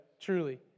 truly